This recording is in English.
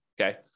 okay